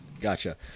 gotcha